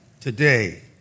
today